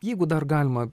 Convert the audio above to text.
jeigu dar galima